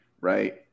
right